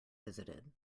visited